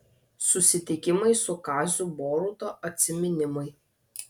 susitikimai su kaziu boruta atsiminimai